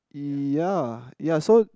ya ya so